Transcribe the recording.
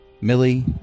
Millie